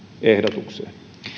ehdotukseen